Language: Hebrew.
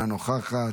אינה נוכחת,